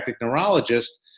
neurologist